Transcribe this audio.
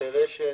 בתי רשת,